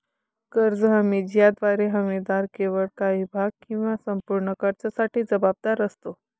कर्ज हमी ज्याद्वारे हमीदार केवळ काही भाग किंवा संपूर्ण कर्जासाठी जबाबदार असतो